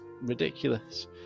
ridiculous